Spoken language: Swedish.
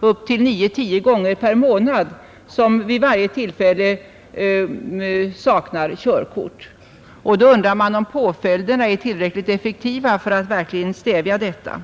upp till 9—10 gånger per månad griper en och samma människa som saknar körkort. Då undrar man om påföljderna är tillräckligt effektiva för att verkligen stävja detta.